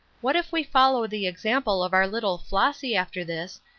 what if we follow the example of our little flossy after this,